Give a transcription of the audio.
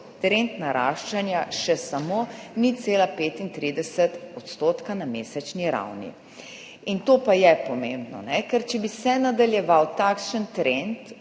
trend naraščanja še samo 0,35 % na mesečni ravni. To pa je pomembno. Ker če bi se nadaljeval takšen trend